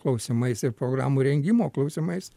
klausimais ir programų rengimo klausimais